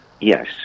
yes